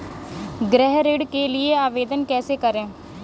गृह ऋण के लिए आवेदन कैसे करें?